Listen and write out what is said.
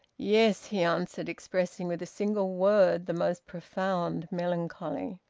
yes, he answered, expressing with a single word the most profound melancholy.